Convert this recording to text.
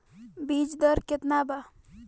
बीज दर केतना बा?